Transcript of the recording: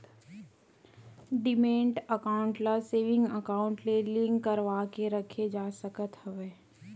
demat account ल saving account ले link करवाके रखे जा सकत हवय